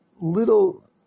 little